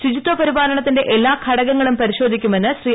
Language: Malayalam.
ശുചിത്വ പരിപാലനത്തിന്റെ എല്ലാ ഘടകങ്ങളും പരിശ്രോധിക്കുമെന്ന് ശ്രീ